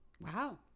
Wow